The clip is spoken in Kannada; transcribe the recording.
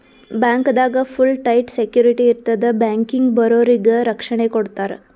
ಬ್ಯಾಂಕ್ದಾಗ್ ಫುಲ್ ಟೈಟ್ ಸೆಕ್ಯುರಿಟಿ ಇರ್ತದ್ ಬ್ಯಾಂಕಿಗ್ ಬರೋರಿಗ್ ರಕ್ಷಣೆ ಕೊಡ್ತಾರ